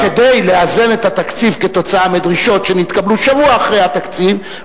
וכדי לאזן את התקציב כתוצאה מדרישות שנתקבלו שבוע אחרי התקציב,